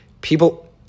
People